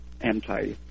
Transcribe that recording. anti